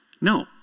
No